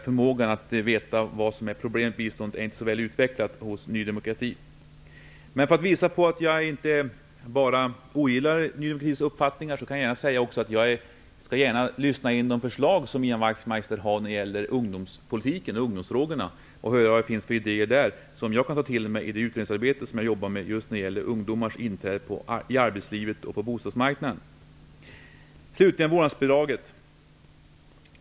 Förmågan att veta vad som är problem inom biståndet är inte så väl utvecklat hos Ny demokrati. För att visa på att jag inte bara ogillar Ny demokratis uppfattningar, kan jag säga att jag skall gärna lyssna på de förslag som Ian Wachtmeister har när det gäller ungdomspolitiken och ungdomsfrågorna. Jag kan höra vad det finns för idéer som jag kan ta till mig i det utredningsarbete som jag jobbar med just när det gäller ungdomars inträde i arbetslivet och på bostadsmarknaden. Slutligen har vi frågan om vårdnadsbidraget.